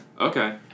Okay